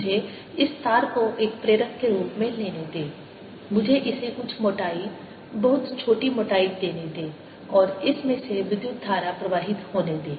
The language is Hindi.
मुझे इस तार को एक प्रेरक के रूप में लेने दें मुझे इसे कुछ मोटाई बहुत छोटी मोटाई देने दें और इस में से विद्युत धारा प्रवाहित होने दें